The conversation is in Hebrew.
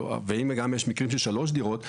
ואם גם יש מקרים של שלוש דירות,